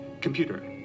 Computer